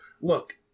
look